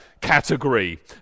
category